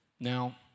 Now